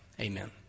amen